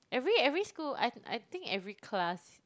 every every school I I think every class